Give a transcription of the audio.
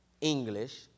English